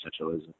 Essentialism